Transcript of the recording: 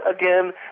again